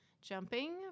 jumping